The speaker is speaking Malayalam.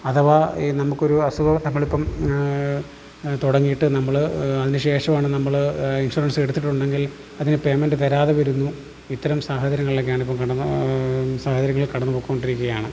അഥവാ ഈ നമുക്ക് ഒരു അസുഖം നമ്മൾ ഇപ്പം തുടങ്ങിയിട്ട് നമ്മൾ അതിന് ശേഷം ആണ് നമ്മൾ ഇൻഷുറൻസ് എടുത്തിട്ടുണ്ടെങ്കിൽ അതിന് പേമൻ്റ് തരാതെ വരുന്നു ഇത്തരം സാഹചര്യങ്ങളിലൊക്കെയാണ് ഇപ്പം സാഹചര്യങ്ങൾ കടന്ന് പോയിക്കൊണ്ടിരിക്കുകയാണ്